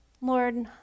Lord